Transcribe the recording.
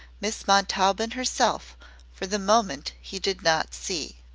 miss montaubyn herself for the moment he did not see.